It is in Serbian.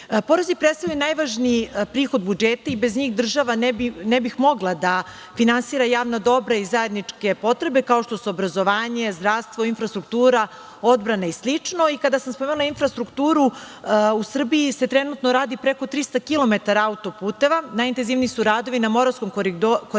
predstavljaju najvažniji prihod budžeta i bez njih država ne bi mogla da finansira javna dobra i zajedničke potrebe, kao što su obrazovanje, zdravstvo, infrastruktura, odbrana i slično. Kada sam spomenula infrastrukturu, u Srbiji se trenutno radi preko 300 kilometara autoputeva. Najintenzivniji su radovi na Moravskom koridoru,